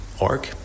org